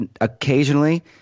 occasionally